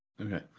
Okay